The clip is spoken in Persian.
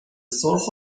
سرخ